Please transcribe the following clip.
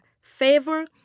favor